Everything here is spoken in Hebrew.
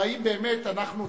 והאם באמת אנחנו צריכים,